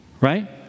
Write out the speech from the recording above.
right